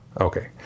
okay